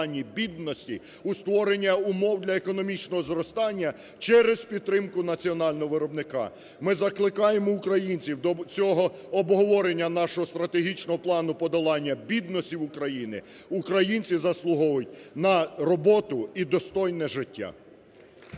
у створення умов для економічного зростання через підтримку національного виробника. Ми закликаємо українців до цього обговорення нашого стратегічного плану подолання бідності в Україні, українці заслуговують на роботу і достойне життя.